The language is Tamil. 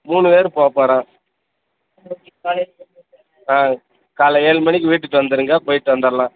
மூணுப் பேர் போகப் போகிறோம் ஆ காலையில் ஏழு மணிக்கு வீட்டுக்கு வந்துடுங்கப் போய்விட்டு வந்துடலாம்